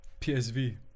PSV